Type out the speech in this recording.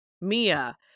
mia